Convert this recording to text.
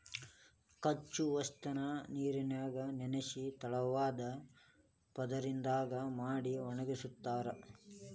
ಕಚ್ಚಾ ವಸ್ತುನ ನೇರಿನ್ಯಾಗ ನೆನಿಸಿ ತೆಳುವಾದ ಪದರದಂಗ ಮಾಡಿ ಒಣಗಸ್ತಾರ